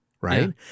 Right